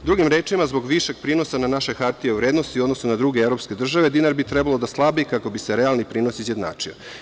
Drugim rečima, zbog višeg prinosa na naše hartije od vrednosti u odnosu na druge evropske države dinar bi trebalo da slabi, kako bi se realni prinos izjednačio.